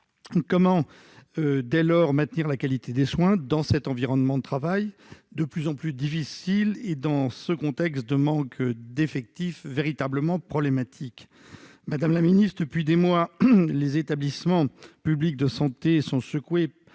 Comment maintenir la qualité des soins dans cet environnement de travail de plus en plus difficile et dans ce contexte de manque d'effectifs véritablement problématique ? Madame la secrétaire d'État, depuis des mois, les établissements publics de santé sont secoués,